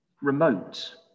remote